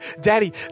Daddy